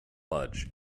fudge